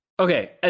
Okay